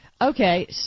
Okay